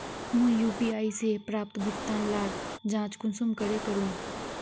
मुई यु.पी.आई से प्राप्त भुगतान लार जाँच कुंसम करे करूम?